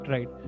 Right